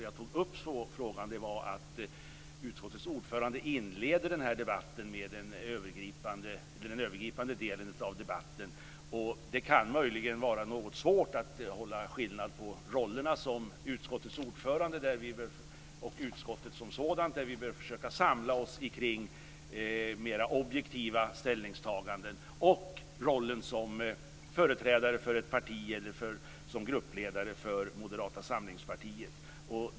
Jag tog upp frågan därför att utskottets ordförande inledde den övergripande delen av debatten, och det kan möjligen vara svårt att skilja på rollerna som utskottets ordförande och utskottet som sådant, där vi bör samla oss kring mer objektiva ställningstaganden, och rollen som gruppledare för Moderata samlingspartiet.